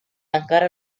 encara